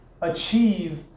achieve